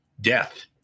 death